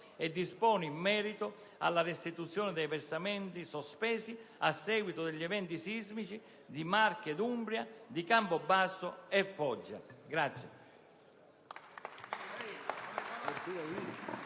e dispone in merito alla restituzione dei versamenti sospesi a seguito degli eventi sismici di Marche ed Umbria e di Campobasso e Foggia.